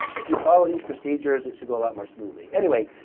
if you follow these procedures it should go a lot more smoothly. anyway,